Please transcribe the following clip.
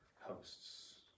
hosts